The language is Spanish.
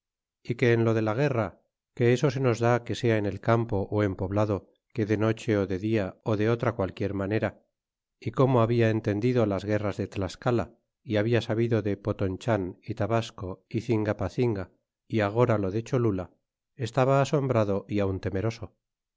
y que en lo de la guerra que eso se nos da que sea en el campo ó en poblado que de noche de dia ó de otra qualquier é como habia entendido las guerras de tlascala e labia sabido lo de potonchan ú tabasco cingapacinga é agora lo de chola estaba asombrado y aun temeroso